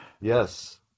Yes